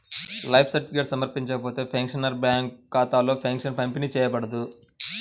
life certificate సమర్పించకపోతే, pensioner bank ఖాతాలో pension పంపిణీ చేయబడదు